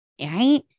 Right